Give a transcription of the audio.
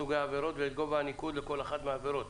סוגי העבירות ואת גובה הניקוד לכל אחת מהעבירות